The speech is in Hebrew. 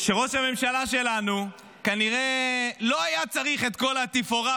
שראש הממשלה שלנו כנראה לא היה צריך את כל התפאורה